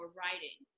writing